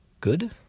good